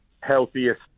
healthiest